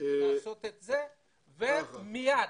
ומייד.